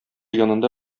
янында